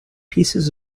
pieces